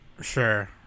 Sure